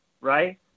right